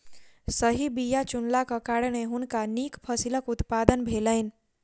सही बीया चुनलाक कारणेँ हुनका नीक फसिलक उत्पादन भेलैन